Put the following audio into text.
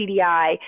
CDI